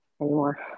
anymore